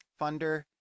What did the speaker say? funder